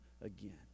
again